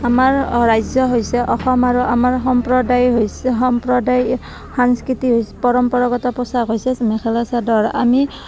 আমাৰ ৰাজ্য হৈছে অসম আৰু আমাৰ সম্প্ৰদায় হৈছে সম্প্ৰদায় সাংস্কৃতি হৈছে পৰম্পৰাগত পোছাক হৈছে মেখেলা চাদৰ আমি